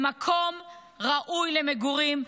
למקום ראוי למגורים,